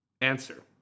Answer